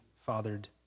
fathered